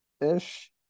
ish